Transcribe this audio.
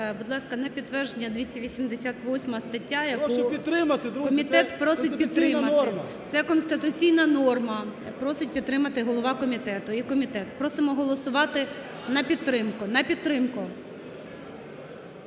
Будь ласка, на підтвердження 288 стаття, яку комітет просить підтримати. Це конституційна норма, просить підтримати голова комітету і комітет. Просимо голосувати на підтримку,